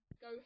go